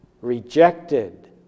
rejected